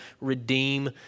redeem